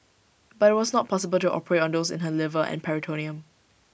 but IT was not possible to operate on those in her liver and peritoneum